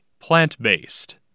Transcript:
Plant-based